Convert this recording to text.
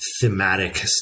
thematic